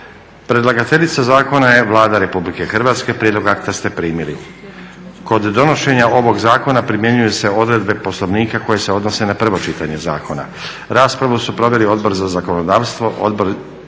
Predlagateljica zakona je Vlada Republike Hrvatske. Prijedlog akta ste primili. Kod donošenja ovog zakona primjenjuju se odredbe Poslovnika koje se odnose na prvo čitanje zakona. Raspravu su proveli Odbora za zakonodavstvo, Odbor